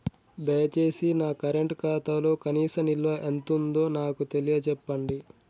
దయచేసి నా కరెంట్ ఖాతాలో కనీస నిల్వ ఎంతుందో నాకు తెలియచెప్పండి